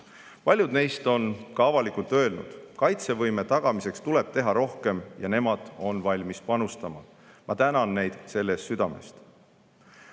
Paljud neist on ka avalikult öelnud, et kaitsevõime tagamiseks tuleb teha rohkem ja nemad on valmis panustama. Ma tänan neid selle eest